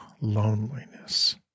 loneliness